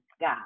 God